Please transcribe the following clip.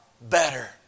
better